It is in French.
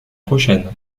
prochaine